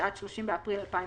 התשע"ט (30 באפריל 2019)